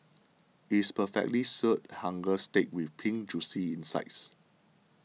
it is perfectly Seared Hanger Steak with Pink Juicy insides